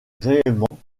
gréement